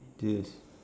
yes